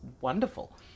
wonderful